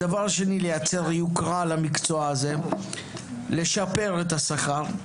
הדבר השני לייצר יוקרה למקצוע הזה, לשפר את השכר.